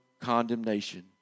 condemnation